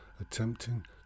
attempting